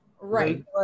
Right